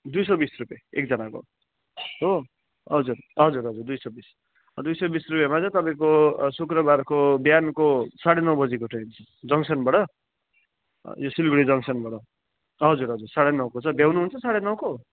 दुई सौ बिस रुपियाँ एकजनाको हो हजुर हजुर हजुर दुई सौ बिस दुई बिस रुपियाँमा चाहिँ तपाईँको शुक्रबारको बिहानको साढे नौ बजीको ट्रेन छ जङ्गसनबाट यो सिलगढी जङ्गसनबाट हजुर हजुर साढे नौको छ भ्याउनुहुन्छ साढे नौको